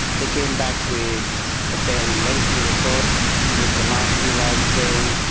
they came back with a fairly lengthy report with the last few lines saying,